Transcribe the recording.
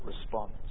response